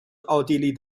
奥地利